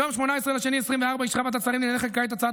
ביום 18 בפברואר 2024 אישרה ועדת השרים לענייני חקיקה את הצעת